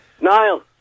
Niall